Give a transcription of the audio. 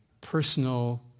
personal